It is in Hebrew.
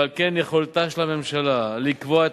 ועל כן יכולתה של הממשלה לקבוע את